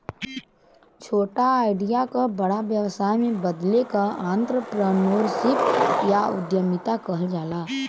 छोटा आईडिया क बड़ा व्यवसाय में बदले क आंत्रप्रनूरशिप या उद्दमिता कहल जाला